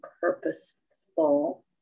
purposeful